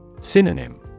Synonym